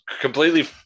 completely